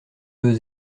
deux